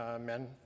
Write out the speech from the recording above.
men